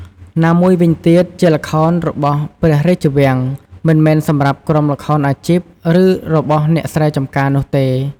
ណាមួយវិញទៀតជាល្ខោនរបស់ព្រះរាជវាំង មិនមែនសម្រាប់ក្រុមល្ខោនអាជីព ឬរបស់អ្នកស្រែចម្ការនោះទេ។